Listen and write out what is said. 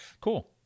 cool